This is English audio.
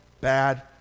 bad